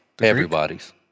everybody's